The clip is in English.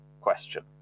question